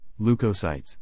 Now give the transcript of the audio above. leukocytes